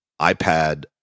iPad